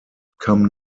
come